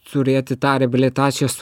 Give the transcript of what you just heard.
turėti tą reabilitacijos